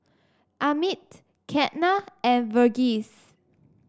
Amit Ketna and Verghese